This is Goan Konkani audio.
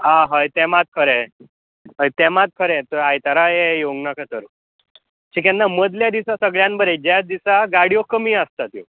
हां हय तें मात खरें हय तें मात खरें आयतारा येवंक नाका तर अशें केन्ना मदल्या दिसा सगळ्यांत बरें ज्या दिसा गाडयो कमी आसता त्यो